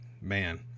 man